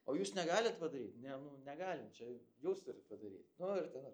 o jūs negalit padaryt ne nu negalim čia jūs turit padaryti nu ir ten